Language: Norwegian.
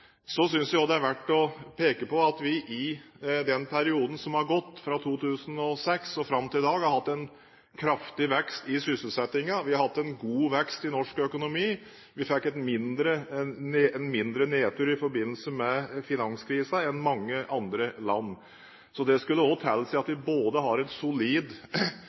Så synes jeg også det er verdt å peke på at vi i den perioden som har gått fra 2006 og fram til i dag, har hatt en kraftig vekst i sysselsettingen. Vi har hatt en god vekst i norsk økonomi – vi fikk en mindre nedtur i forbindelse med finanskrisen enn mange andre land. Det skulle også tilsi at vi både har et solid